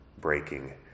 breaking